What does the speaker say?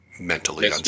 Mentally